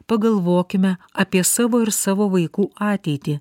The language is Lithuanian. pagalvokime apie savo ir savo vaikų ateitį